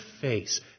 face